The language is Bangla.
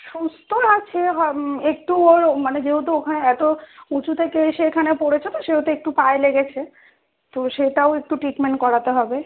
সুস্থ আছে হ একটু ও মানে যেহেতু ওখানে এত উঁচু থেকে এসে এখানে পড়েছে তো সেহেতু একটু পায়ে লেগেছে তো সেটাও একটু ট্রিটমেন্ট করাতে হবে